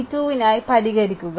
v2 നായി പരിഹരിക്കുക